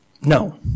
No